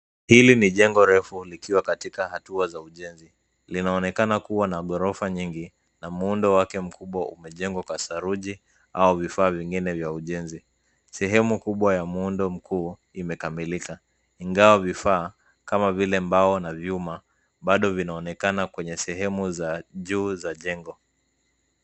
Hili ni jengo refu likiwa katika hatua za ujenzi. Linaonekana kuwa na ghorofa nyingi na muundo wake mkubwa umejengwa kwa saruji au vifaa vingine vya ujenzi. Sehemu kubwa ya muundo mkuu imekamilika. Ingawa vifaa kama vile mbao na vyuma bado vinaonekana kwenye sehemu za juu za jengo.